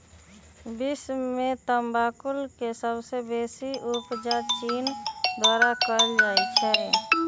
विश्व में तमाकुल के सबसे बेसी उपजा चीन द्वारा कयल जाइ छै